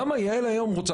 למה יעל עכשיו רוצה?